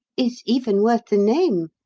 is even worth the name,